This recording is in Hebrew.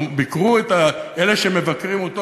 אלה שמבקרים אותו,